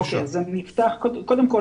קודם כל,